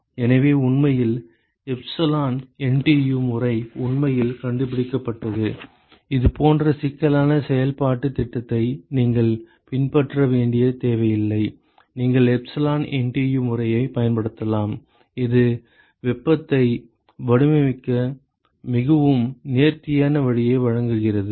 எனவே உண்மையில் epsilon NTU முறை உண்மையில் கண்டுபிடிக்கப்பட்டது இது போன்ற சிக்கலான செயல்பாட்டுத் திட்டத்தை நீங்கள் பின்பற்ற வேண்டியதில்லை நீங்கள் எப்சிலான் என்டியு முறையைப் பயன்படுத்தலாம் இது வெப்பத்தை வடிவமைக்க மிகவும் நேர்த்தியான வழியை வழங்குகிறது